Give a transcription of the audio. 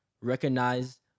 recognize